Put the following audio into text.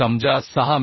समजा 6 मि